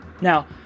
Now